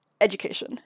education